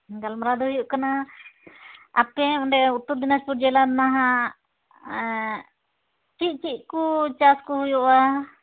ᱜᱟᱞᱢᱟᱨᱟᱣ ᱫᱚ ᱦᱩᱭᱩᱜ ᱠᱟᱱᱟ ᱟᱯᱮ ᱚᱸᱰᱮ ᱩᱛᱛᱚᱨ ᱫᱤᱱᱟᱡᱽᱯᱩᱨ ᱡᱮᱞᱟ ᱨᱮᱱᱟᱜ ᱦᱟᱸᱜ ᱪᱮᱫ ᱪᱮᱫ ᱠᱚ ᱪᱟᱥ ᱠᱚ ᱦᱩᱭᱩᱜᱼᱟ